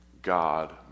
God